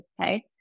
okay